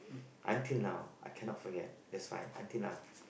until now I cannot forget that's why until now